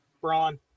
Braun